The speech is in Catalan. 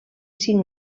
cinc